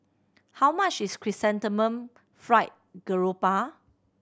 how much is Chrysanthemum Fried Garoupa